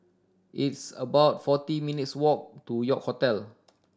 it's about forty minutes' walk to York Hotel